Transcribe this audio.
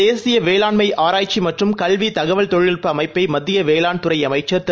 தேசியவேளாண்மைஆராய்ச்சிமற்றும் கல்விதகவல் தொழில்நுட்பஅமைப்பைமத்தியவேளாண் துறைஅமைச்சர் திரு